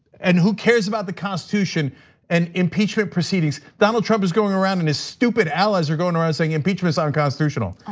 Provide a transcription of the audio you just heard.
and who cares about the constitution and impeachment proceedings. donald trump is going around and his stupid allies are going around saying impeachment are unconstitutional.